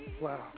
Wow